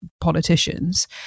politicians